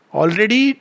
already